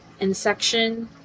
Insection